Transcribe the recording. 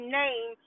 name